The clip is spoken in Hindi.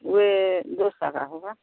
वह दो सौ का होगा